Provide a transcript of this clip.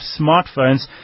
smartphones